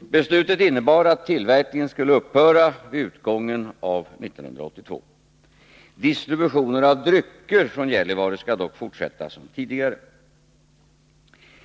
Beslutet innebar att tillverkningen skulle upphöra vid utgången av år 1982. Distributionen av drycker från Gällivare skall dock fortsätta som tidigare.